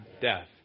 death